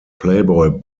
playboy